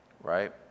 right